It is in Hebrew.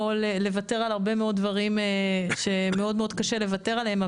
לוותר על הרבה מאוד דברים שמאוד-מאוד קשה לוותר עליהם,